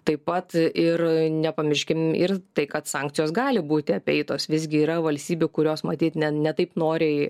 taip pat ir nepamirškim ir tai kad sankcijos gali būti apeitos visgi yra valstybių kurios matyt ne ne taip noriai